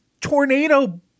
tornado